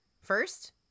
first